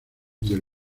del